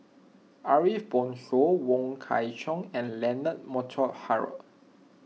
Ariff Bongso Wong Kwei Cheong and Leonard Montague Harrod